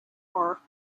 are